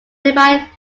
nearby